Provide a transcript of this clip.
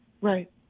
right